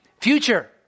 future